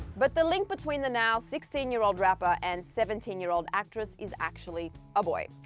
but the link between the now sixteen year old rapper and seventeen year old actress is actually, a boy.